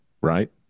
right